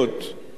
אכן,